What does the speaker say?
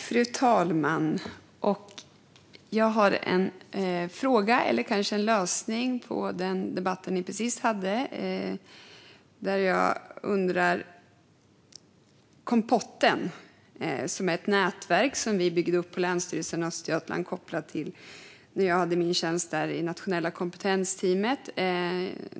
Fru talman! Jag har en fråga eller kanske en lösning på problemet som ni precis debatterade. Kompotten är ett nätverk som vi byggde upp på Länsstyrelsen Östergötland när jag hade min tjänst där i nationella kompetensteamet.